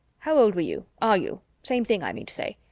how old were you are you? same thing, i mean to say.